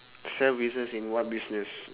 self business in what business